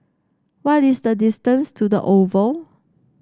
what is the distance to the Oval